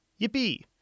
Yippee